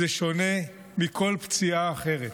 זה שונה מכל פציעה אחרת.